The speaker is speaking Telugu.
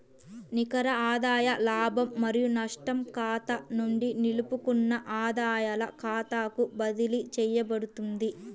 నికర ఆదాయ లాభం మరియు నష్టం ఖాతా నుండి నిలుపుకున్న ఆదాయాల ఖాతాకు బదిలీ చేయబడుతుంది